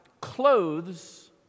clothes